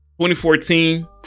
2014